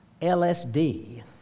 LSD